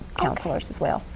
counselors as well.